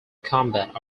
combat